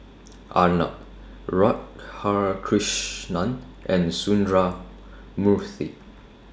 Arnab Radhakrishnan and Sundramoorthy